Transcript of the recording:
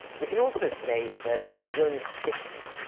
we can also say that it is only spitting.